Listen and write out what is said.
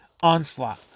onslaught